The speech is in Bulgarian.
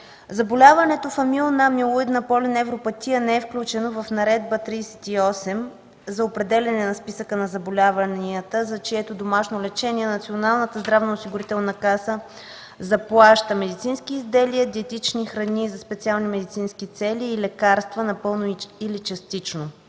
Заболяването фамилна амилоидна полиневропатия не е включено в Наредба № 38 за определяне на списъка на заболяванията, за чието домашно лечение Националната здравноосигурителна каса заплаща медицински изделия, диетични храни за специални медицински цели и лекарства – напълно или частично.